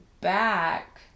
back